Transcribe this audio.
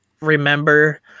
remember